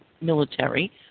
military